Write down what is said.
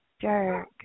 Jerk